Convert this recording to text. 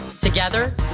Together